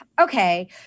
Okay